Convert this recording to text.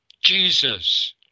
Jesus